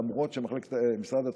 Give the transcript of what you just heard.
למרות שמשרד התפוצות,